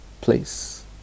place